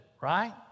right